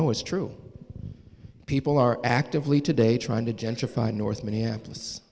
know it's true people are actively today trying to gentrify north minneapolis